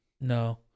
No